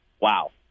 wow